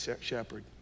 shepherd